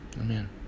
Amen